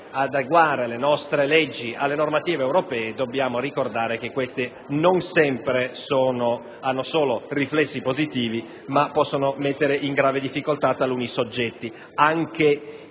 adeguare le nostre leggi alle normative europee, a ricordare che queste ultime non sempre hanno solo riflessi positivi, ma possono mettere in grave difficoltà taluni soggetti. Anche in questa